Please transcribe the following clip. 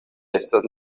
estas